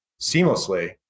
seamlessly